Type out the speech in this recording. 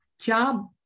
job